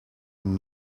and